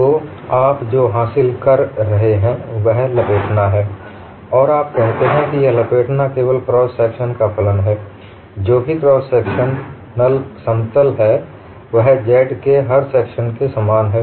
तो आप जो हासिल कर रहे हैं वह लपेटना है और आप कहते हैं कि यह लपेटना केवल क्रॉस सेक्शन का फलन है जो भी क्रॉस सेक्शनल समतल है यह z के हर सेक्शन के समान है